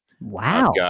Wow